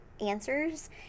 answers